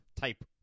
type